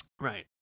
Right